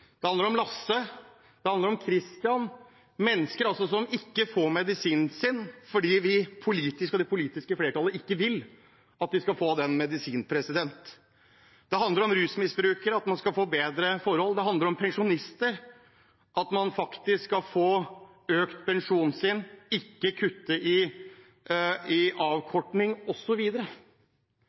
det handler om Lasse, det handler om Christian – om mennesker som ikke får medisinen sin, fordi det politiske flertallet ikke vil at de skal få den medisinen. Det handler om at rusmisbrukere skal få bedre forhold. Det handler om at pensjonister faktisk skal få økt pensjonen sin, at det ikke skal kuttes i